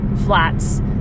flats